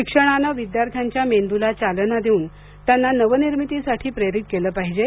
शिक्षणानं विद्यार्थ्यांच्या मेंदूला चालना देऊन त्यांना नवनिर्मितीसाठी प्रेरित केल पाहिजे